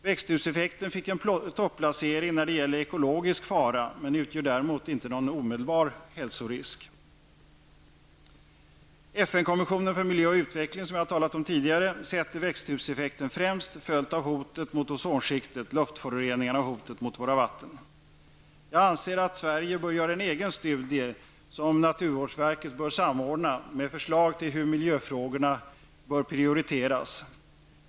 Växthuseffekten fick en topplacering när det gäller ekologisk fara men utgör däremot inte någon omedelbar hälsorisk. FN kommissionen för miljö och utveckling -- som jag har talat om tidigare -- sätter växthuseffekten främst, följt av hotet mot ozonskiktet, luftföroreningarna och hotet mot våra vatten. Jag anser att Sverige bör göra en egen studie, som naturvårdsverket bör samordna, med förslag till hur miljöfrågorna bör prioriteras.